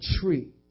tree